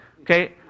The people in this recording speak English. okay